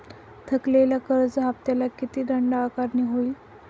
थकलेल्या कर्ज हफ्त्याला किती दंड आकारणी होईल?